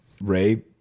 Ray